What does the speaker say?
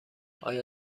آیا